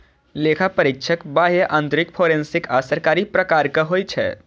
लेखा परीक्षक बाह्य, आंतरिक, फोरेंसिक आ सरकारी प्रकारक होइ छै